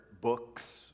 books